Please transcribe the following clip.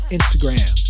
Instagram